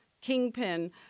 kingpin